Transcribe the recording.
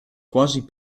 quasi